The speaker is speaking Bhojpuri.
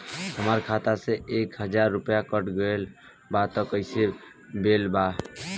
हमार खाता से एक हजार रुपया कट गेल बा त कइसे भेल बा?